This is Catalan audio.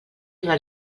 una